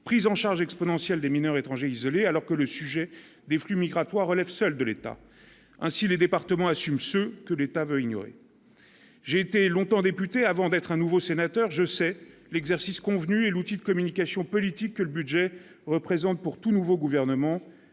prise en charge exponentiel des mineurs étrangers isolés, alors que le sujet des flux migratoires, relève, celle de l'État, ainsi les départements assume ce que l'État veut ignorer, j'ai été longtemps député avant d'être un nouveau sénateur je sais l'exercice convenu et l'outil de communication politique que le budget représente pour tout nouveau gouvernement